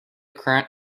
current